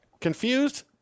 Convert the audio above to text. Confused